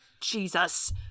jesus